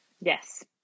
Yes